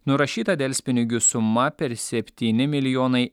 nurašyta delspinigių suma per septyni milijonai